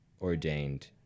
ordained